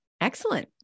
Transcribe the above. Excellent